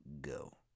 Go